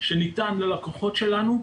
שניתן ללקוחות שלנו,